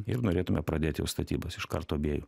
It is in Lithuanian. ir norėtume pradėt jau statybas iš karto abiejų